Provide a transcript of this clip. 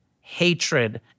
hatred